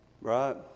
Right